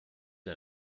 der